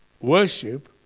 Worship